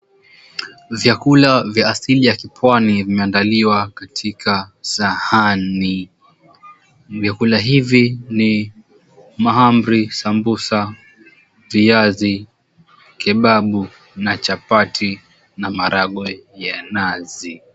Vyakula vya asili ya kipwani vimeandaliwa katika sahani, vyakula hivi ni mahamri, sambusa, viazi, kebabu na chapati, na maharagwe ya nazi.